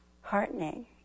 heartening